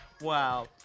Wow